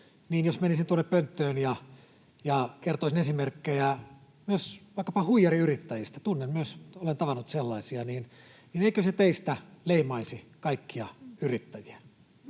ja jos menisin tuonne pönttöön ja kertoisin esimerkkejä myös vaikkapa huijariyrittäjistä — tunnen myös, olen tavannut sellaisia — niin eikö se teistä leimaisi kaikkia yrittäjiä?